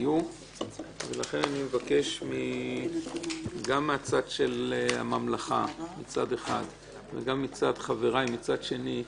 לכן אני מבקש גם מהצד של הממלכה וגם מצד חבריי מצד שני,